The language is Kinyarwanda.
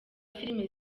filime